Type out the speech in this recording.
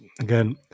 again